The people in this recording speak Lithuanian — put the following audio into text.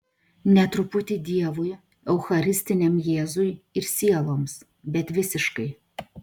ne truputį dievui eucharistiniam jėzui ir sieloms bet visiškai